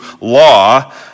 law